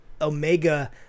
Omega